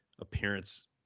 appearance